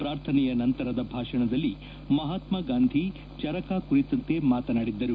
ಪ್ರಾರ್ಥನೆಯ ನಂತರದ ಭಾಷಣದಲ್ಲಿ ಮಹಾತ್ನಾ ಗಾಂಧಿ ಚರಕ ಕುರಿತಂತೆ ಮಾತನಾಡಿದ್ಲರು